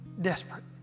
desperate